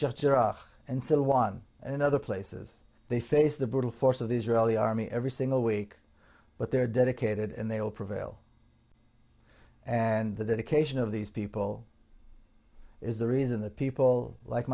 moscow and still won in other places they face the brutal force of the israeli army every single week but they're dedicated and they will prevail and the dedication of these people is the reason that people like